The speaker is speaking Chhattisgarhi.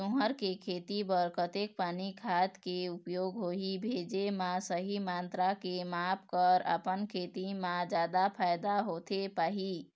तुंहर के खेती बर कतेक पानी खाद के उपयोग होही भेजे मा सही मात्रा के माप कर अपन खेती मा जादा फायदा होथे पाही?